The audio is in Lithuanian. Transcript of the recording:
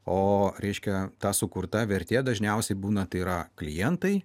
o reiškia ta sukurta vertė dažniausiai būna tai yra klientai